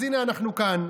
אז הינה, אנחנו כאן,